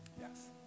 Yes